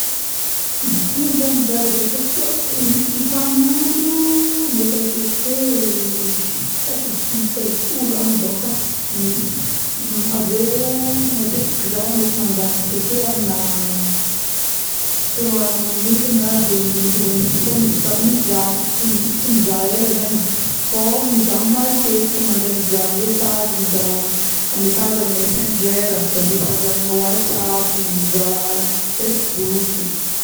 Impiry zagny za mizaha réseau sosiô ˂hesitation˃ isan'andro, mety akeke, tsy haiky ee mety in-telopolo agny donc ee, avieo matetiky za mety mandagny akeke eo amina trois minutes na deux minutes ˂noise˃ isaky mizaha, tsy mizaha ela zagny ee fô mizaha matetika, mandeha mizaha message, mizaha message amina messenger, mizaha messahe amin'ny whatsapp, mizaha facebook yy